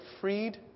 freed